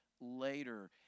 later